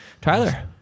Tyler